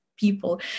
people